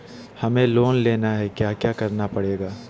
हमें लोन लेना है क्या क्या करना पड़ेगा?